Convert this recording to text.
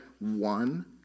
one